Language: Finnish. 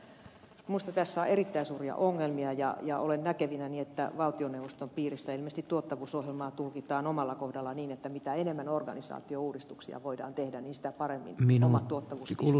minusta tässä on erittäin suuria ongelmia ja olen näkevinäni että valtioneuvoston piirissä ilmeisesti tuottavuusohjelmaa tulkitaan omalla kohdalla niin että mitä enemmän organisaatiouudistuksia voidaan tehdä sitä paremmin omat tuottavuuspisteet lisääntyvät